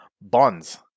Bonds